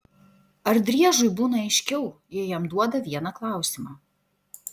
ar driežui būna aiškiau jei jam duoda vieną klausimą